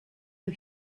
the